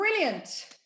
Brilliant